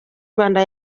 rwanda